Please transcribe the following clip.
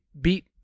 beat